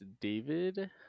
David